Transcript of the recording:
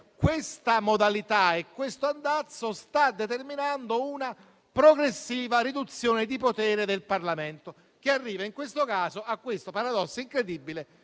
questa modalità e questo andazzo stanno determinando una progressiva riduzione di potere del Parlamento, che arriva in questo caso al paradosso incredibile